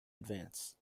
advance